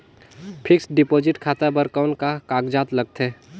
Fixed deposit खाता बर कौन का कागजात लगथे?